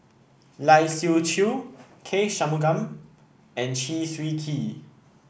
Lai Siu Chiu K Shanmugam and Chew Swee Kee